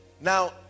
now